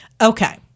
Okay